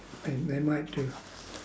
think they might do